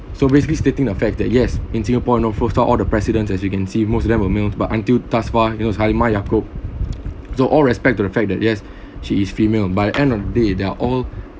so basically stating the fact that yes in singapore you know first of all the presidents as you can see most of them are males but until taskma you know halimah yacob so all respect to the fact that yes she is female by end of the day they're all